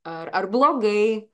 ar ar blogai